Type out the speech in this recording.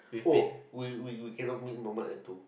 oh we we we cannot meet Mamat at two